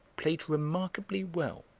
played remarkably well.